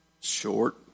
short